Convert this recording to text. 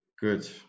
Good